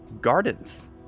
gardens